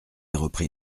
reprit